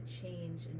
change